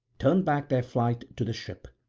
turned back their flight to the ship.